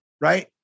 right